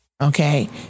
okay